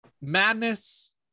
madness